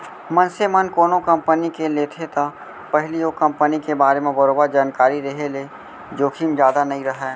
मनसे मन कोनो कंपनी के लेथे त पहिली ओ कंपनी के बारे म बरोबर जानकारी रेहे ले जोखिम जादा नइ राहय